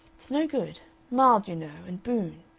it's no good. mild, you know, and boon.